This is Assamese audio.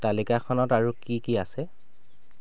তালিকাখনত আৰু কি কি আছে